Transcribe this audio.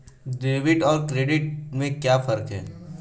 Debit और credit में क्या फर्क है?